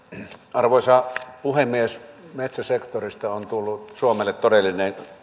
arvoisa puhemies metsäsektorista on tullut suomelle todellinen